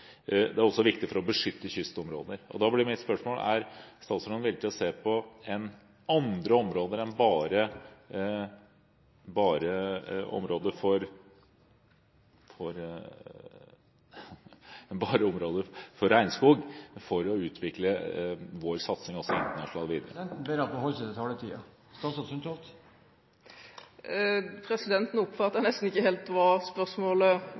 Det er også viktig for å beskytte kystområdene. Da er mitt spørsmål: Er statsråden villig til å se på andre områder enn bare regnskog for å utvikle vår satsing … Presidenten ber om at man holder seg til taletiden. Nå oppfattet jeg nesten ikke hva spørsmålet var.